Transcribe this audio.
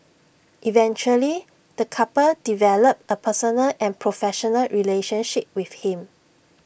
eventually the couple developed A personal and professional relationship with him